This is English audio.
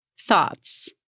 thoughts